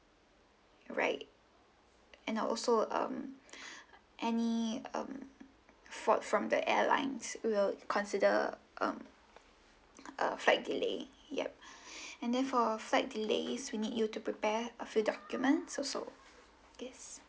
alright and uh also um any um fault from the airlines we'll consider um uh flight delay yup and then for flight delays we need you to prepare a few document also yes